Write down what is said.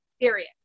period